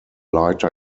lighter